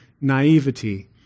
naivety